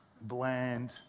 bland